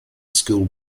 school